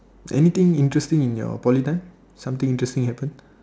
anything interesting in your Poly time something interesting happen